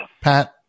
Pat